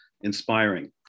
inspiring